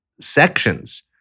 sections